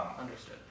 Understood